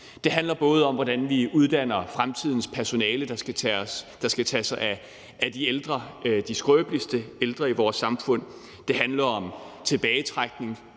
Det handler både om, hvordan vi uddanner fremtidens personale, der skal tage sig af de skrøbeligste ældre i vores samfund, det handler om tilbagetrækning,